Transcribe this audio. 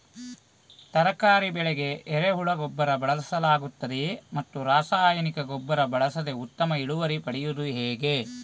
ತರಕಾರಿ ಬೆಳೆಗೆ ಎರೆಹುಳ ಗೊಬ್ಬರ ಬಳಸಲಾಗುತ್ತದೆಯೇ ಮತ್ತು ರಾಸಾಯನಿಕ ಗೊಬ್ಬರ ಬಳಸದೆ ಉತ್ತಮ ಇಳುವರಿ ಪಡೆಯುವುದು ಹೇಗೆ?